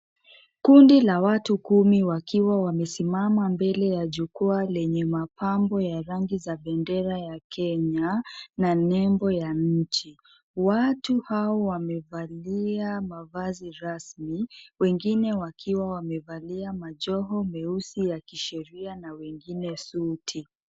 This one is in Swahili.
Kundi la watu kumi wakiwa wamesimamam mbele ya jukwaa lenye mapambo ya rangi za bendera ya Kenya na nembo ya nchi. Watu hao wamevalia mavazi rasmi wengine wakiwa wamevalia majoho meusi ya kisheria na wengine suti.